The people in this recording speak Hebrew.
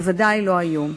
בוודאי לא היום.